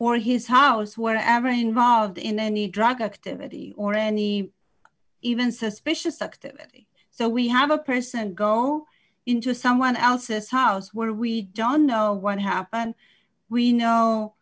or his house were everyone involved in any drug activity or any even suspicious activity so we have a person go into someone else's house where we don't know what happened we know